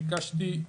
ביקשתי את